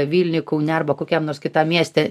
vilniuj kaune arba kokiam nors kitam mieste